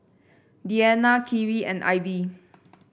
Deanna Kyree and Ivey